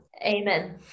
Amen